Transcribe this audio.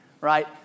right